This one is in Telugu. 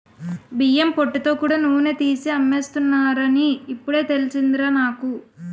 బియ్యం పొట్టుతో కూడా నూనె తీసి అమ్మేస్తున్నారని ఇప్పుడే తెలిసిందిరా నాకు